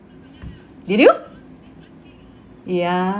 did you ya